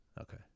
Okay